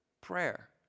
prayer